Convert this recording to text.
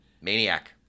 Maniac